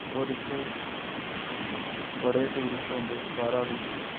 होर इत्थें बड़े टूरिस्ट औंदे बाह्रा बी